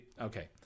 Okay